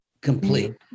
complete